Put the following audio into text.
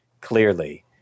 clearly